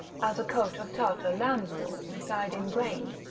as a coat of tartar lamb's-wool, died in grain,